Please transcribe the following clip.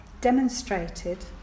demonstrated